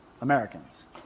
Americans